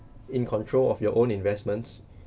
in control of your own investments